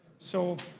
so.